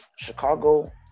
Chicago